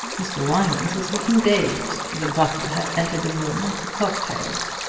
mr. wymans was looking dazed. the butler had entered the room with the cocktails.